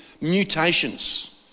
mutations